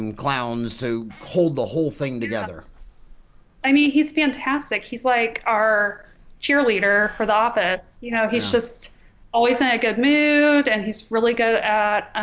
um clowns to hold the whole thing together. erin i mean he's fantastic he's like our cheerleader for the office you know he's just always in a good mood and he's really good at